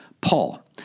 Paul